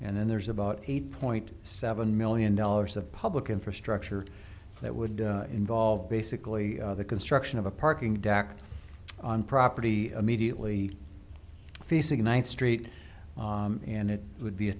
and then there's about eight point seven million dollars of public infrastructure that would involve basically the construction of a parking deck on property immediately facing a ninth street and it would be a